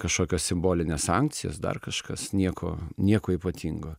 kažkokios simbolinės sankcijos dar kažkas nieko nieko ypatingo